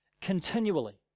Continually